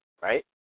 right